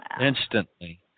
instantly